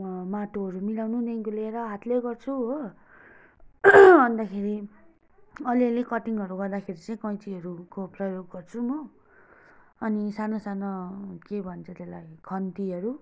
माटोहरू मिलाउनुदेखिको लिएर हातले गर्छु हो अन्तखेरि अलिअलि कटिङहरू गर्दाखेरि चाहिँ कैँचीहरूको प्रयोग गर्छु म अनि सानो सानो के भन्छ त्यसलाई खन्तीहरू